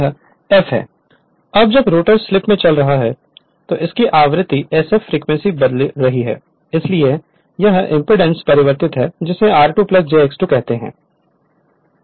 Refer Slide Time 2540 अब जब rotor slip में चल रहा है तो इसकी आवृत्ति sf फ्रीक्वेंसी बदल रही है इसलिए यह एमपीडांस परिवर्तन है जिसे r2jX2 कहते हैं